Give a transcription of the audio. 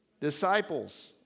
disciples